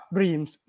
Dreams